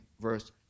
verse